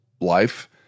life